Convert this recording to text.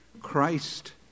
Christ